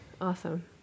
Awesome